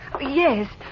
Yes